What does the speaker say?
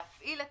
להפעיל את